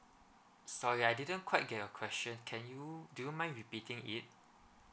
sorry I didn't quite get your question can you do you mind repeating it